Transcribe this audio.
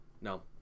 No